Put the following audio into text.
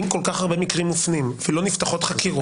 אם כל כך הרבה מקרים מופנים ולא נפתחות חקירות,